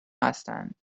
هستند